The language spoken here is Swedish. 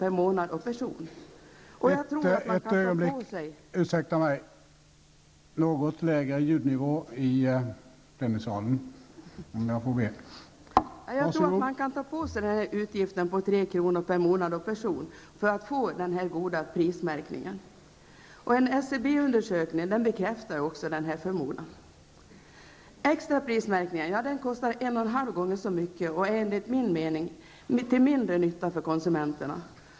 per månad och person. Och jag tror att man kan ta på sig denna utgift på 3 kr. per månad och person för att få denna goda prismärkning. En SCB-undersökning bekräftar också detta. Extraprismärkningen kostar en och en halv gång så mycket och är enligt min mening till mindre nytta för konsumenterna.